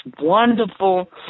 wonderful